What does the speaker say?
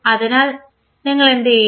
അതിനാൽ നിങ്ങൾ എന്തു ചെയ്യും